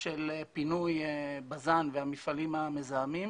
של פינוי בז"ן והמפעלים המזהמים,